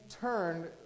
turned